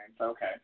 Okay